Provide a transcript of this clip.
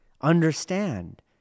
understand